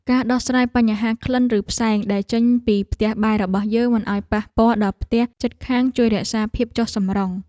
ការដោះស្រាយបញ្ហាក្លិនឬផ្សែងដែលចេញពីផ្ទះបាយរបស់យើងមិនឱ្យប៉ះពាល់ដល់ផ្ទះជិតខាងជួយរក្សាភាពចុះសម្រុង។